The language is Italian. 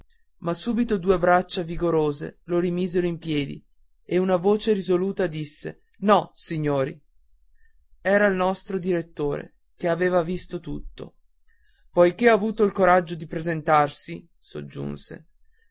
ma subito due braccia vigorose lo rimisero in piedi e una voce risoluta disse no signori era il nostro direttore che avea visto tutto poiché ha avuto il coraggio di presentarsi soggiunse